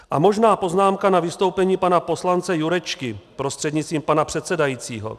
A možná poznámka na vystoupení pana poslance Jurečky prostřednictvím pana předsedajícího.